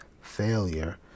failure